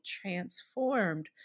transformed